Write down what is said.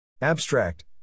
Abstract